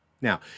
Now